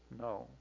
no